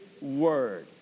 Word